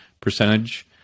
percentage